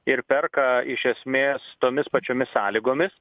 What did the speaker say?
ir perka iš esmės tomis pačiomis sąlygomis